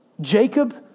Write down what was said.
Jacob